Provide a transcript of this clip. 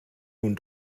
nun